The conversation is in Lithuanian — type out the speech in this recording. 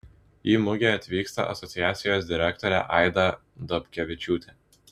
į mugę atvyksta asociacijos direktorė aida dobkevičiūtė